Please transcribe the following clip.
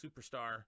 superstar